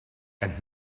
and